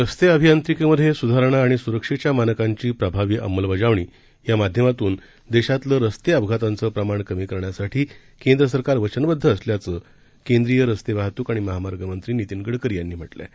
रस्तेअभियांत्रिकीमधेसुधारणाआणिसुरक्षेच्यामानकांचीप्रभावीअंमलबजावणीयामा ध्यमातूनदेशातलंरस्तेअपघातांचंप्रमाणकमीकरण्यासाठीकेंद्रसरकारवचनबद्धअसल्याचं केंद्रीयरस्तेवाहतूकआणिमहामार्गमंत्रीनितीनगडकरीयांनीम्हटलंआहे